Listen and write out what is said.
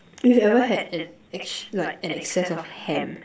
you've ever had an like an excess of ham